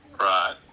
Right